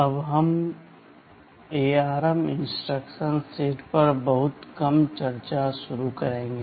अब हम ARM instruction set पर बहुत कम चर्चा शुरू करेंगे